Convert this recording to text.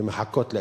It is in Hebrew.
ומחכות לאישור.